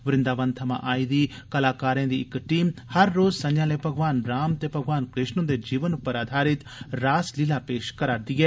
वृंदावन थमां आई दी कलाकारें दी इक टीम हर रोज संझां' लै भगवान राम ते भगवान कृष्ण हंदे जीवन उप्पर आधारित रासलीला पेश करा' रदी ऐ